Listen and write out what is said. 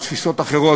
או תפיסות אחרות,